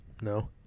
No